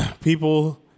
people